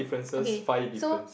okay so